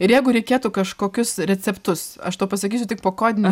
ir jeigu reikėtų kažkokius receptus aš tau pasakysiu tik po kodinį